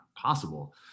possible